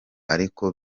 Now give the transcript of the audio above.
ariko